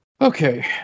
Okay